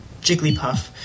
Jigglypuff